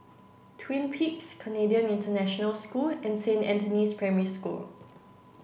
Twin Peaks Canadian International School and Saint Anthony's Primary School